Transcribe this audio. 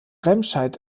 remscheid